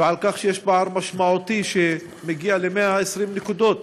ועל כך שיש פער משמעותי שמגיע ל-120 נקודות